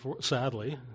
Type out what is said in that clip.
sadly